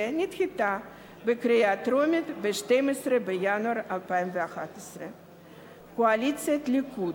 נדחתה בקריאה טרומית ב-12 בינואר 2011. קואליציית הליכוד,